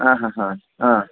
ಹಾಂ ಹಾಂ ಹಾಂ ಹಾಂ ಹಾಂ